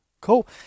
cool